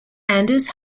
anders